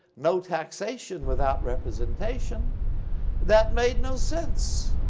no taxation without representation that made no sense.